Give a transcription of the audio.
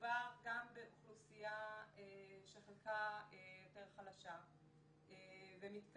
מדובר גם באוכלוסייה שחלקה יותר חלשה ומתקשה